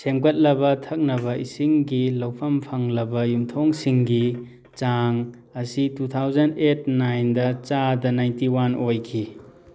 ꯁꯦꯝꯒꯠꯂꯕ ꯊꯛꯅꯕ ꯏꯁꯤꯡꯒꯤ ꯂꯧꯐꯝ ꯐꯪꯂꯕ ꯌꯨꯝꯊꯣꯡꯁꯤꯡꯒꯤ ꯆꯥꯡ ꯑꯁꯤ ꯇꯨ ꯊꯥꯎꯖꯟ ꯑꯥꯏꯠ ꯅꯥꯏꯟꯗ ꯆꯥꯗ ꯅꯥꯏꯇꯤ ꯋꯥꯟ ꯑꯣꯏꯈꯤ